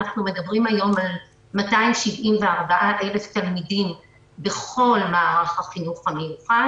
אנחנו מדברים היום על 274,000 תלמידים בכל מערך החינוך המיוחד.